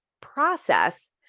process